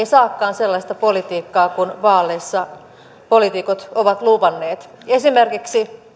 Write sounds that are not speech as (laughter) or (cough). (unintelligible) saakaan sellaista politiikkaa kuin vaaleissa poliitikot ovat luvanneet esimerkiksi